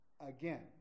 again